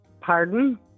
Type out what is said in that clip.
Pardon